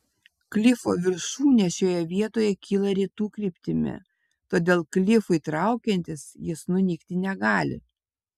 klifo viršūnė šioje vietoje kyla rytų kryptimi todėl klifui traukiantis jis nunykti negali